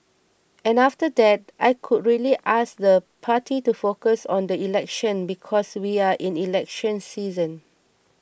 and after that I could really ask the party to focus on the election because we are in election season